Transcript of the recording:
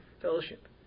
fellowship